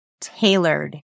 tailored